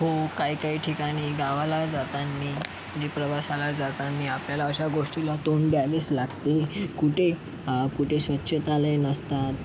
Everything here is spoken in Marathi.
खूप काही काही ठिकाणी गावाला जाताना प्रवासाला जाताना आपल्याला अशा गोष्टीला तोंड द्यावेच लागते कुठे कुठे स्वछतालयं नसतात